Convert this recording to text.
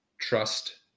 Trust